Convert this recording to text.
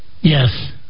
Yes